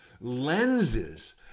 lenses